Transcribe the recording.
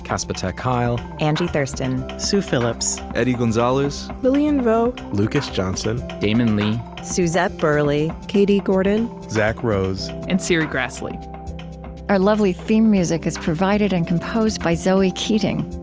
casper ter kuile, angie thurston, sue phillips, eddie gonzalez, lilian vo, lucas johnson, damon lee, suzette burley, katie gordon, zack rose, and serri graslie our lovely theme music is provided and composed by zoe keating.